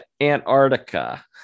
Antarctica